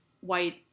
white